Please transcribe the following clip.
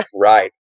right